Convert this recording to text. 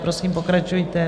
Prosím, pokračujte.